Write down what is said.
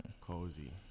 cozy